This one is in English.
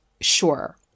sure